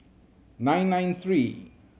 nine nine three